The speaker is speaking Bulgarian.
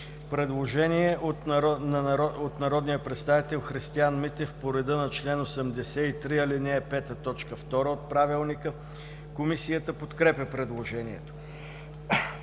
предложение на народния представител Христиан Митев по реда на чл. 83, ал. 5, т. 2 от Правилника. Комисията подкрепя предложението.